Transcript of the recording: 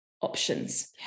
options